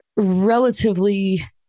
relatively